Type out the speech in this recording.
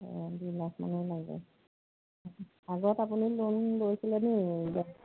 অ দুইলাখমানৰ লাগে আগত আপুনি লোন লৈছিলে নি